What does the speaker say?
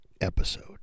episode